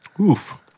oof